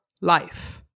life